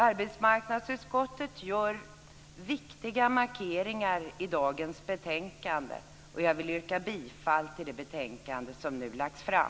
Arbetsmarknadsutskottet gör viktiga markeringar i dagens betänkande, och jag vill yrka bifall till hemställan i det betänkande som nu lagts fram.